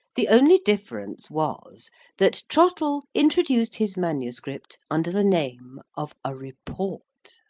the only difference was that trottle introduced his manuscript under the name of a report.